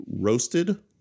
roasted